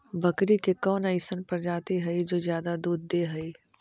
बकरी के कौन अइसन प्रजाति हई जो ज्यादा दूध दे हई?